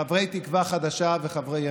חברי תקווה חדשה וחברי ימינה,